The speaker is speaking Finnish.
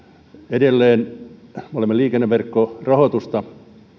edelleen me olemme liikenneverkkorahoitusta